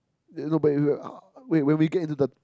there's no buyer if you wait wait we get into the